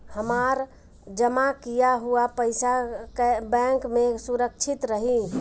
हमार जमा किया हुआ पईसा बैंक में सुरक्षित रहीं?